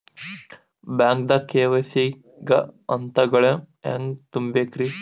ಬ್ಯಾಂಕ್ದಾಗ ಕೆ.ವೈ.ಸಿ ಗ ಹಂತಗಳನ್ನ ಹೆಂಗ್ ತುಂಬೇಕ್ರಿ?